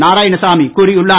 நாராயணசாமி கூறியுள்ளார்